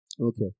Okay